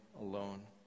alone